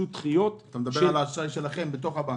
אתה מדבר על האשראי שלכם בתוך הבנקים.